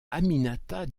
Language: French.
aminata